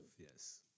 yes